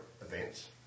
events